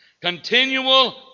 Continual